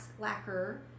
lacquer